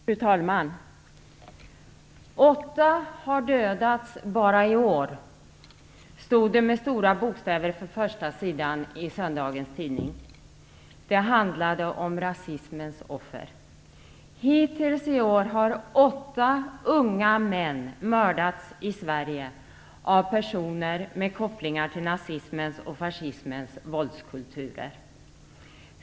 Fru talman! Åtta har dödats bara i år, stod det med stora bokstäver på första sidan i söndagens tidning. Det handlade om rasismens offer. Hittills i år har åtta unga män mördats i Sverige av personer med kopplingar till nazismens och fascismens våldskulturer.